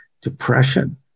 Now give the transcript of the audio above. depression